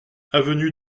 avenue